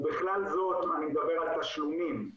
ובכלל זאת אני מדבר על תשלומים,